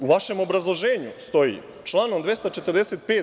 U vašem obrazloženju stoji - članom 245.